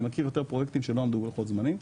אני מכיר יותר פרויקטים שלא עמדו בלוחות הזמנים.